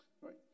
right